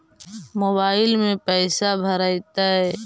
Mobile में पैसा भरैतैय?